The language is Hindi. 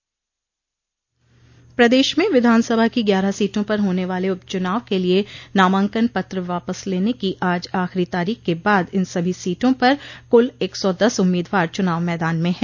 प्रदेश में विधानसभा की ग्यारह सीटों पर होने वाले उप चुनाव के लिये नामांकन पत्र वापस लेने की आज आखिरी तारीख के बाद इन सभी सीटों पर कुल एक सौ दस उम्मीदवार चुनाव मैदान में हैं